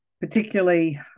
particularly